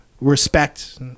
respect